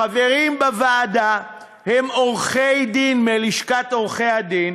חברים בוועדה הם עורכי-דין מלשכת עורכי-הדין,